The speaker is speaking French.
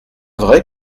vrai